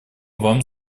вам